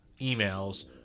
emails